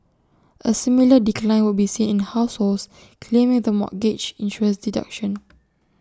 A similar decline would be seen in households claiming the mortgage interest deduction